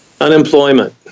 Unemployment